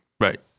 Right